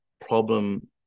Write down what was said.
problem